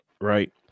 right